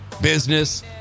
business